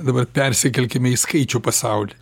dabar persikelkim į skaičių pasaulį